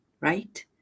right